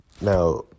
Now